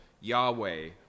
Yahweh